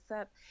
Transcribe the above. up